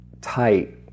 tight